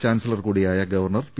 chancellor കൂടിയായ governor P